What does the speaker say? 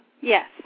Yes